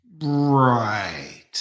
right